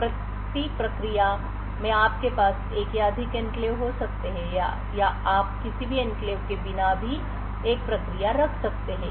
तो प्रति प्रक्रिया में आपके पास एक या अधिक एन्क्लेव हो सकते हैं या आप किसी भी एन्क्लेव के बिना भी एक प्रक्रिया रख सकते हैं